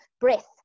breath